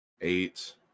eight